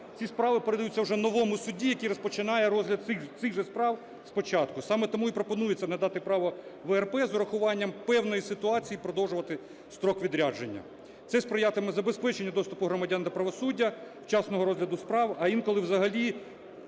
ці справи передаються вже новому судді, який розпочинає розгляд цих же справ спочатку. Саме тому і пропонується надати право ВРП з урахуванням певної ситуації продовжувати строк відрядження. Це сприятиме забезпеченню доступу громадян до правосуддя, вчасного розгляду справ, а інколи взагалі